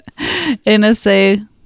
NSA